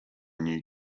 new